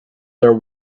their